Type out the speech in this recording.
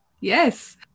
yes